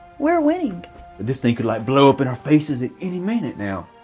we're winning. but this thing could like blow up in our faces at any minute now.